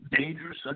dangerous